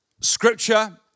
scripture